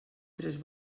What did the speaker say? tres